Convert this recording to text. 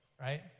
right